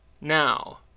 Now